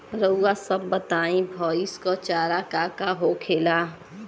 रउआ सभ बताई भईस क चारा का का होखेला?